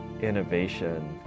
innovation